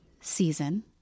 season